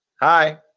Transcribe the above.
Hi